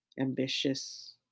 ambitious